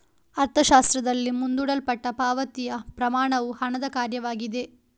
ಅರ್ಥಶಾಸ್ತ್ರದಲ್ಲಿ, ಮುಂದೂಡಲ್ಪಟ್ಟ ಪಾವತಿಯ ಪ್ರಮಾಣವು ಹಣದ ಕಾರ್ಯವಾಗಿದೆ